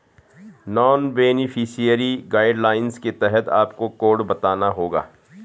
non beneficiary guidelines के तहत आपको कोड बताना होगा